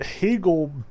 Hegel